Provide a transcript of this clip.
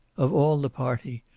of all the party,